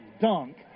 dunk